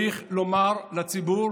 צריך לומר לציבור